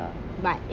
ya lah